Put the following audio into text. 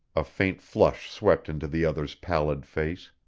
a faint flush swept into the other's pallid face.